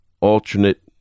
alternate